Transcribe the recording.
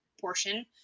portion